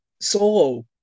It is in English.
Solo